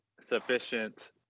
sufficient